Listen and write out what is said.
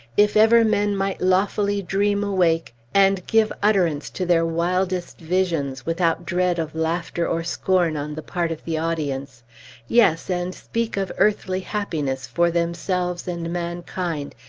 if ever men might lawfully dream awake, and give utterance to their wildest visions without dread of laughter or scorn on the part of the audience yes, and speak of earthly happiness, for themselves and mankind,